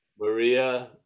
Maria